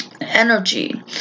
energy